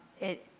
it,